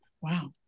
Wow